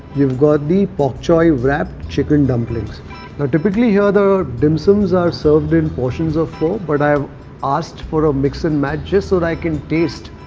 you've got the pak choy wrapped chicken dumplings. now typically here the dim sums here are served in portions of four. but i've asked for a mix and match just so that i can taste.